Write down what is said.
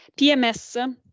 PMS